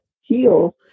heal